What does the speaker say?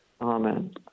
Amen